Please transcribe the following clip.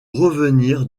revenir